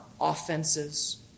offenses